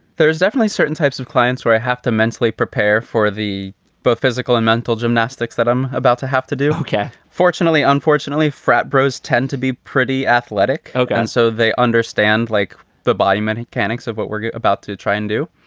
there's definitely certain types of clients where i have to mentally prepare for the both physical and mental gymnastics that i'm about to have to do. okay. fortunately, unfortunately, frat bros tend to be pretty athletic. and so they understand like the body mechanics of what we're about to try and do,